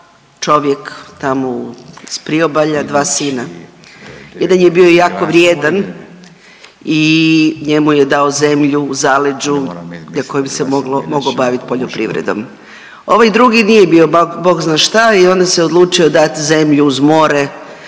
čovjek tamo iz priobalja dva sina. Jedan je bio jako vrijedan i njemu je dao zemlju u zaleđu kojom se mogao baviti poljoprivredom. Ovaj drugi nije bio bog zna šta i onda se odlučio dati zemlju uz more